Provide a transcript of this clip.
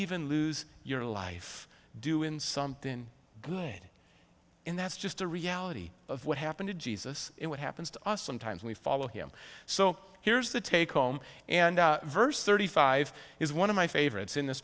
even lose your life due in something and that's just the reality of what happened to jesus what happens to us sometimes we follow him so here's the take home and verse thirty five is one of my favorites in this